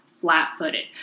flat-footed